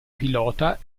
pilota